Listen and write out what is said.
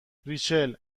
ریچل